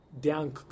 down